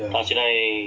ya